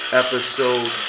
episode